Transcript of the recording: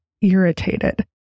irritated